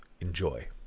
Enjoy